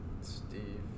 Steve